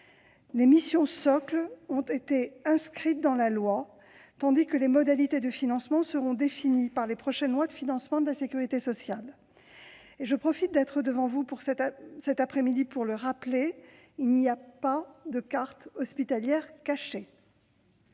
Les missions socles ont été inscrites dans la loi, tandis que les modalités de financement seront définies par les prochaines lois de financement de la sécurité sociale. Je profite d'être devant vous cet après-midi pour le rappeler : il n'y a pas de carte hospitalière cachée.